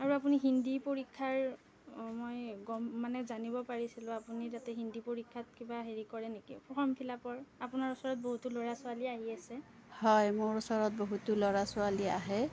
আৰু আপুনি হিন্দী পৰীক্ষাৰ মই গম মানে জানিব পাৰিছিলোঁ আপুনি তাতে হিন্দী পৰীক্ষাত কিবা হেৰি কৰে নেকি ফৰ্ম ফিলআপৰ আপোনাৰ ওচৰত বহুতো ল'ৰা ছোৱালী আহি আছে হয় মোৰ ওচৰত বহুতো ল'ৰা ছোৱালী আহে